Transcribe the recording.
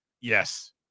Yes